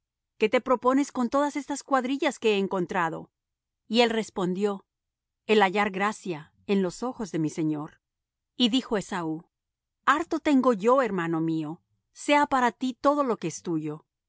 qué te propones con todas estas cuadrillas que he encontrado y él respondió el hallar gracia en los ojos de mi señor y dijo esaú harto tengo yo hermano mío sea para ti lo que es tuyo